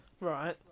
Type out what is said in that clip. Right